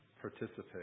participate